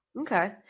Okay